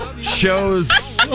shows